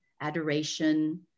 adoration